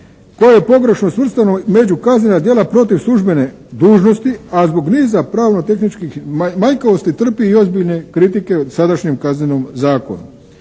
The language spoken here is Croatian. koje je pogrešno svrstano među kaznena djela protiv službene dužnosti, a zbog niza pravno-tehničkih manjkavosti trpi i ozbiljne kritike u sadašnjem Kaznenom zakonu.